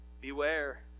beware